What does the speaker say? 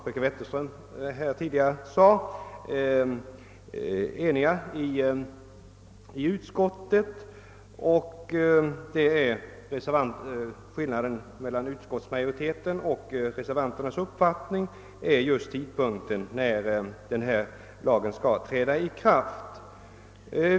Reservanternas uppfattning skiljer sig från utskottsmajoritetens beträffande tidpunkten när lagen skall träda i kraft.